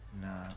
No